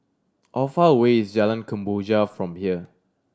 how far away is Jalan Kemboja from here